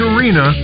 Arena